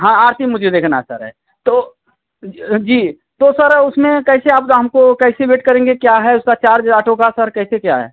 हाँ आरती मुझे देखना सर है तो जी तो सर उसमें कैसे आप हमको कैसे वेट करेंगे क्या है उसका चार्ज आटो का सर कैसे क्या है